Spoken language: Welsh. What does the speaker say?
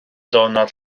diwrnod